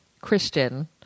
Christian